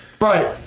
Right